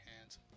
hands